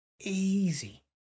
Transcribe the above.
easy